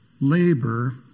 labor